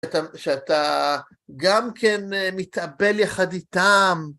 שאתה גם כן מתאבל יחד איתם.